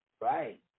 Right